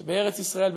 שבארץ-ישראל,